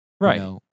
Right